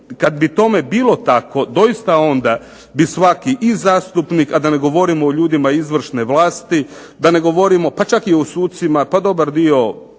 Kad bi tome bilo tako doista onda bi svaki i zastupnik, a da ne govorim o ljudima izvršne vlasti, da ne govorimo pa čak i o sucima, pa dobar dio